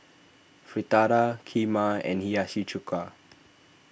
Fritada Kheema and Hiyashi Chuka